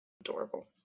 Adorable